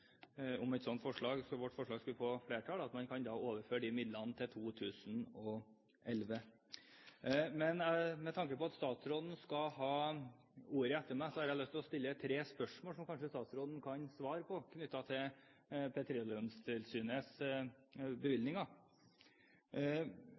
om vårt forslag skulle få flertall, at man kan overføre de midlene til 2011. Men med tanke på at statsråden skal ha ordet etter meg, har jeg lyst til å stille tre spørsmål som statsråden kanskje kan svare på, knyttet til